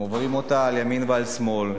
הם עוברים עליה על ימין ועל שמאל.